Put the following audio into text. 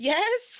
Yes